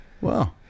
Wow